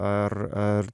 ar ar